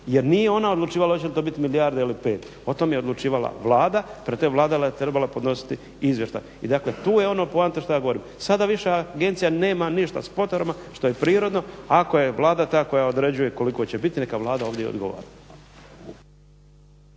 jer nije ona odlučivala hoće li to biti milijarda ili pet. O tom je odlučivala Vlada, prema tome Vlada je trebala podnositi i izvještaj. I dakle tu je ona poanta što ja govorim, sada više agencija nema ništa s potporama, što je prirodno, ako je Vlada ta koja određuje koliko će biti neka Vlada ovdje i odgovara.